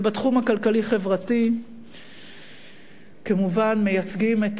ובתחום הכלכלי-חברתי כמובן מייצגים את